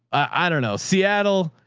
i don't know seattle.